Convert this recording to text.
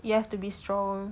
you have to be strong